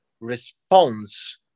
Response